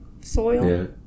soil